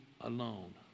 alone